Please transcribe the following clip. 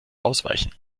ausweichen